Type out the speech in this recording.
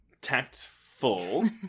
Tactful